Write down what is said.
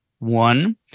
One